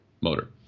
motor